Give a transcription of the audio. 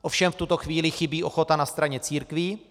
Ovšem v tuto chvíli chybí ochota na straně církví.